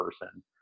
person